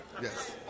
Yes